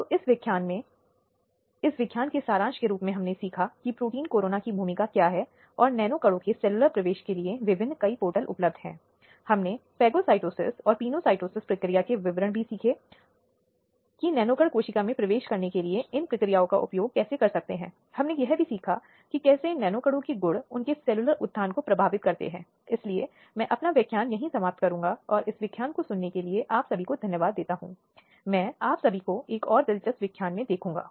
अगले व्याख्यान में इसलिए हम कुछ न्यायिक निर्णयों को देखेंगे जो इस संबंध में और फिर विभिन्न एजेंसियों की भूमिका जो लैंगिक न्याय प्राप्त करने की दिशा में निभाते हैं